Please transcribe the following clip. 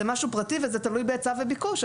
זה משהו פרטי וזה תלוי בהיצע וביקש.